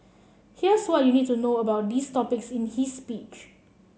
here's what you need to know about these topics in his speech